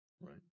right